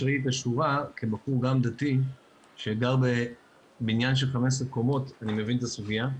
כבחור דתי שגר בבניין של 15 קומות אני מבין את הסוגיה.